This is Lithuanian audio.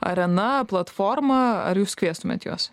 arena platforma ar jūs kviestumėt juos